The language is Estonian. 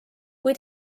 kui